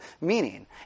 meaning